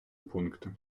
пункти